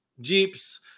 Jeeps